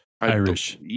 Irish